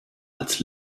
als